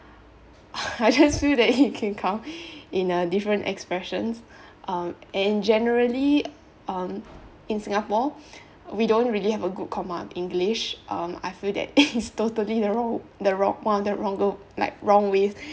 I just feel that it can come in a different expression um and generally um in singapore we don't really have a good command of english um I feel that it's totally the wrong the wrong one the wronger like wrong way